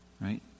right